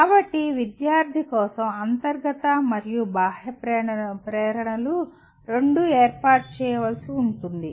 కాబట్టి విద్యార్థి కోసం అంతర్గత మరియు బాహ్య ప్రేరణలు రెండూ ఏర్పాటు చేయవలసి ఉంటుంది